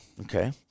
Okay